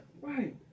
Right